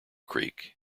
creek